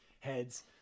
heads